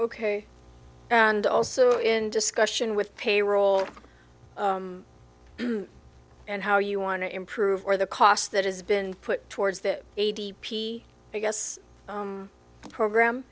ok and also in discussion with payroll and how you want to improve or the cost that has been put towards that a d p i guess program